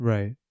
Right